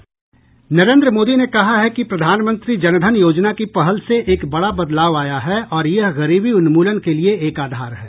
नरेन्द्र मोदी ने कहा है कि प्रधानमंत्री जन धन योजना की पहल से एक बडा बदलाव आया है और यह गरीबी उन्मूलन के लिए एक आधार है